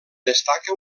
destaca